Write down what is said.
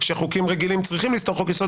-- שחוקים רגילים אסור שיסתרו חוק-יסוד,